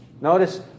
Notice